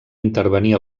intervenir